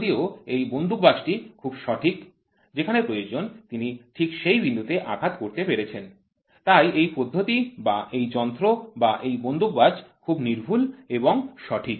যদিও এই বন্দুকবাজ টি খুব সঠিক যেখানে প্রয়োজন তিনি ঠিক সেই বিন্দুতে যে আঘাত করতে পেরেছেন তাই এই পদ্ধতি বা এই যন্ত্র বা এই বন্দুকবাজ খুবই সূক্ষ্ম এবং সঠিক